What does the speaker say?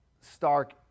stark